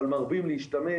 אבל מרבים להשתמש,